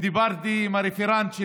דיברתי עם הרפרנט של